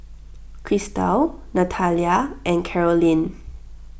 Christal Natalya and Karolyn